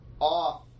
off